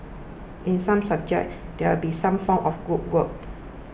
in some subjects there be some form of group work